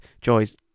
Joy's